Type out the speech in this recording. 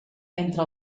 entre